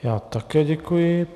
Já také děkuji.